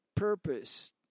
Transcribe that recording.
purpose